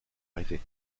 arrivé